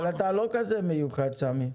אבל אתה לא כזה מיוחד סמי.